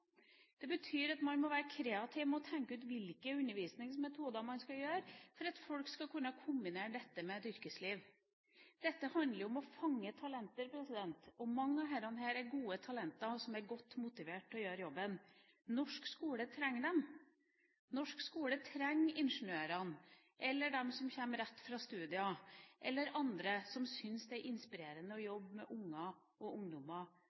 Det betyr at man må være kreativ når man tenker ut hvilke undervisningsmetoder man skal ha for at folk skal kunne kombinere dette med et yrkesliv. Dette handler om å fange talenter. Mange av disse er gode talenter, som er godt motiverte til å gjøre jobben. Norsk skole trenger dem. Norsk skole trenger ingeniørene eller dem som kommer rett fra studier, eller andre som syns det er inspirerende å jobbe med unger og ungdommer